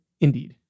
Indeed